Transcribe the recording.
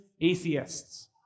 atheists